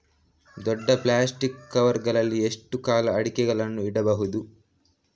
ದೊಡ್ಡ plastic cover ಗಳಲ್ಲಿ ಎಷ್ಟು ಕಾಲ ಅಡಿಕೆಗಳನ್ನು ಇಡಬಹುದು?